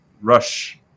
rush